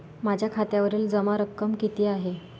माझ्या खात्यावरील जमा रक्कम किती आहे?